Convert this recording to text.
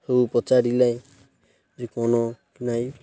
ହଉ ପଚାରିଲେ ଯେ କ'ଣ କି ନାଇଁ